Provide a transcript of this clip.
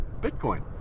Bitcoin